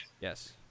yes